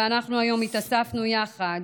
ואנחנו היום התאספנו יחד,